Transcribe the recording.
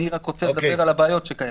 אני רק רוצה לדבר על הבעיות שקיימות.